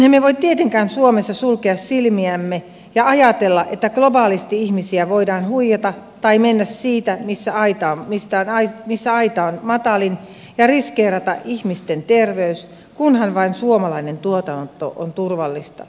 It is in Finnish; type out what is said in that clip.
emme voi tietenkään suomessa sulkea silmiämme ja ajatella että globaalisti ihmisiä voidaan huijata tai mennä siitä missä aita on mistä raja missä aita on matalin ja riskeerata ihmisten terveys kunhan vain suomalainen tuotanto on turvallista